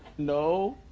no.